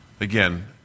Again